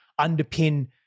underpin